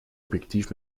objektiv